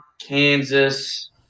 Kansas